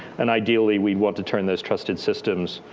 and ideally we'd want to turn those trusted systems,